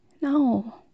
No